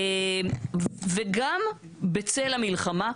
וגם בצל המלחמה,